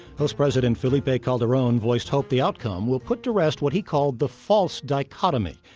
host president felipe calderon voiced hope the outcome will put to rest what he called the false dichotomy,